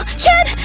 chad,